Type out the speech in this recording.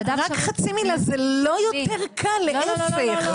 רק חצי מילה, זה לא יותר קל, להיפך.